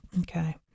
okay